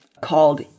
called